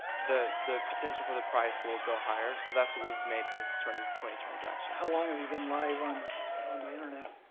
the the potential for the price will go higher, but that's what we've made with turning twenty twenty transaction. how long we've been live on on the internet?